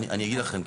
אני אגיד לכם,